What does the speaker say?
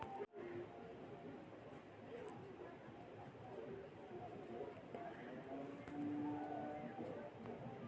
धान के अधिक उपज के लिऐ कौन मट्टी अच्छा होबो है?